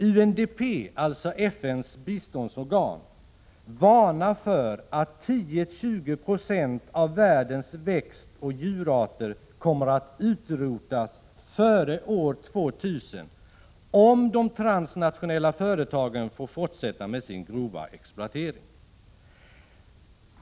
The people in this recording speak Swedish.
UNDP, alltså FN:s biståndsorgan, varnar för att 10—20 960 av världens växtoch djurarter kommer att utrotas före år 2000 om de transnationella företagen får fortsätta med sin grova exploatering.